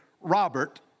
Robert